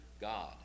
God